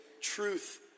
truth